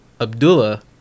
Abdullah